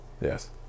yes